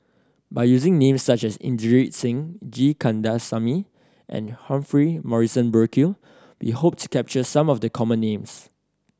by using names such as Inderjit Singh G Kandasamy and Humphrey Morrison Burkill we hope to capture some of the common names